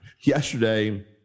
yesterday